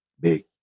Big